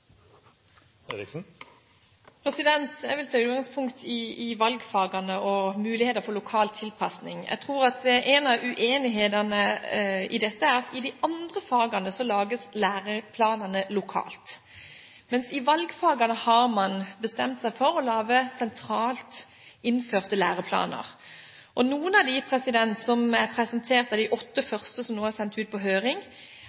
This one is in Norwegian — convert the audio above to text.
Jeg vil ta utgangspunkt i valgfagene og mulighetene for lokal tilpasning. Jeg tror at en av uenighetene i dette, er at i de andre fagene lages læreplanene lokalt, mens i valgfagene har man bestemt seg for å lage sentralt innførte læreplaner. Noen av dem som er presentert av de åtte